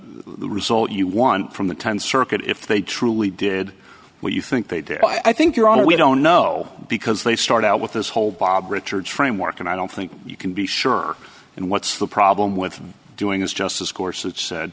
the result you want from the time circuit if they truly did what you think they did i think your honor i don't know because they start out with this whole bob richards framework and i don't think you can be sure and what's the problem with doing is just as course it's